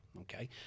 okay